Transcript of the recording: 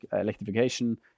electrification